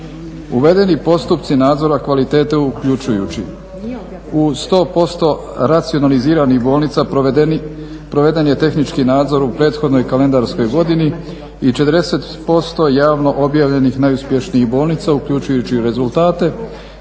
Uvedeni postupci nadzora kvalitete uključujući u 100% racionaliziranih bolnica proveden je tehnički nadzor u prethodnoj kalendarskoj godini i 40% javno objavljenih najuspješnijih bolnica, uključujući i rezultate,